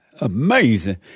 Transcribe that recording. Amazing